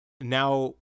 Now